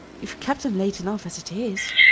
you've kept him late enough as it is.